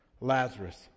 Lazarus